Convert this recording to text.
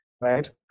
Right